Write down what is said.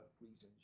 reasons